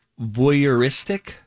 voyeuristic